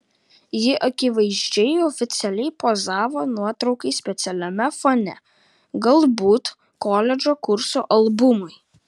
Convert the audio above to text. ji akivaizdžiai oficialiai pozavo nuotraukai specialiame fone galbūt koledžo kurso albumui